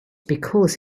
because